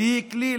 שהיא כלי,